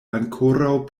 ankoraŭ